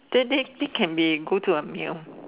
then then it can be go to a meal